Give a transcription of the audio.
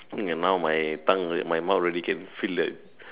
hmm now my tongue my mouth already can feel the